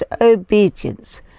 obedience